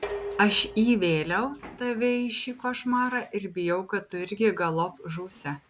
aš įvėliau tave į šį košmarą ir bijau kad tu irgi galop žūsi